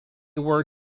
were